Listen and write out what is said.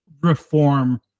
reform